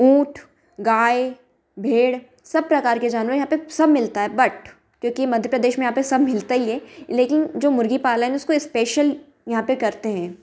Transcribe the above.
ऊंट गाय भेड़ सब प्रकार के जानवर यहाँ पर सब मिलता है बट क्योंकि मध्य प्रदेश में यहाँ पर सब मिलता ही है लेकिन जो मुर्गी पालन है उसको स्पेशल यहाँ पर करते हैं